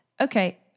okay